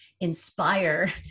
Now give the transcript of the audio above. inspire